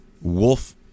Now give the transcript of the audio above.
Wolf